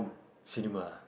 cinema